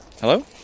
Hello